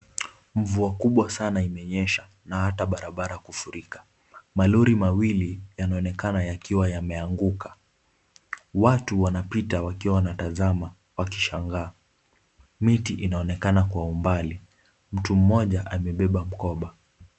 Mvua kubwa sana imenyesha na ata barabara kufurika. Malori mawili yanaonekana yakiwa yameanguka. Watu wanapita wakiwa wanatazama wakishangaa. Miti inaonakana kwa umbali. Mtu mmoja amebeba mkoba.